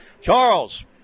Charles